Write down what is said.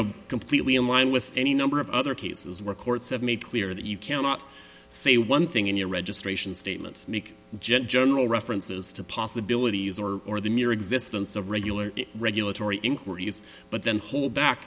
know completely in line with any number of other cases where courts have made clear that you cannot say one thing in your registration statement make general references to possibilities or or the mere existence of regular regulatory inquiries but then hold back